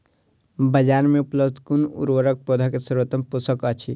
बाजार में उपलब्ध कुन उर्वरक पौधा के सर्वोत्तम पोषक अछि?